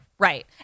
Right